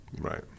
Right